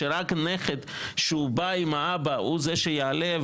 שרק נכד שהוא בא עם האבא הוא זה שיעלה,